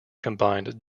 combined